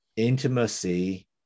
intimacy